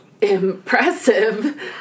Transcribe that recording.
Impressive